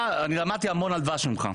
למדתי המון על דבש ממך.